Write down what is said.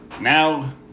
Now